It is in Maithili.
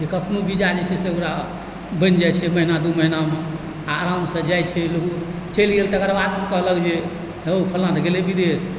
जे कखनो वीजा जे छै से ओकरा बनि जाइत छै महिना दू महिनामे आओर आरामसँ जाइत छै लोग चलि गेल तकर बाद कहलक जे हौ फलाँ तऽ गेलै विदेश